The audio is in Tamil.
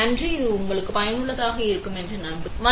நன்றி இது உங்களுக்கு பயனுள்ளதாக இருக்கும் என்று நம்புகிறேன்